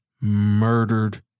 murdered